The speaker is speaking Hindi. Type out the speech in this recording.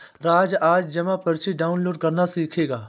राज आज जमा पर्ची डाउनलोड करना सीखेगा